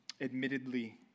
Admittedly